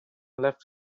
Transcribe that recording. left